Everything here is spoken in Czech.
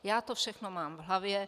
Já to všechno mám v hlavě.